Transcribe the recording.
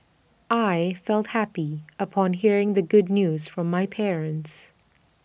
I felt happy upon hearing the good news from my parents